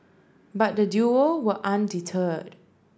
but the duo were undeterred